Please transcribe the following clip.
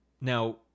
Now